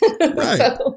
Right